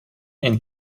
and